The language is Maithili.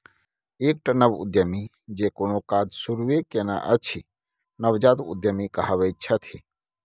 एकटा नव उद्यमी जे कोनो काज शुरूए केने अछि नवजात उद्यमी कहाबैत छथि